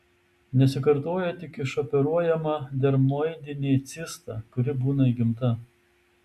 nesikartoja tik išoperuojama dermoidinė cista kuri būna įgimta